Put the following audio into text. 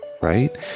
right